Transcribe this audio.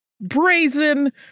brazen